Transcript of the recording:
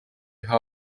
ühe